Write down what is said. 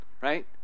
right